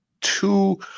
two